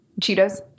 Cheetos